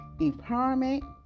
empowerment